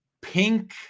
pink